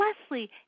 Leslie